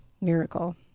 Miracle